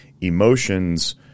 emotions